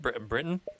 Britain